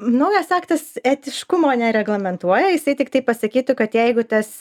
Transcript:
naujas aktas etiškumo nereglamentuoja jisai tiktai pasakytų kad jeigu tas